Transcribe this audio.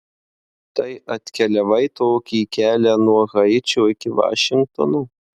tai atkeliavai tokį kelią nuo haičio iki vašingtono